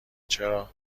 چرا